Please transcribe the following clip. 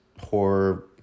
horror